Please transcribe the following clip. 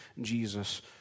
Jesus